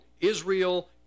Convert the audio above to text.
Israel